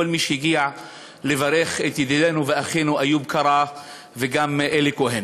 כל מי שהגיע לברך את ידידנו ואחינו איוב קרא וגם את אלי כהן.